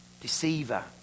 deceiver